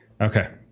Okay